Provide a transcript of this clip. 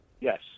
Yes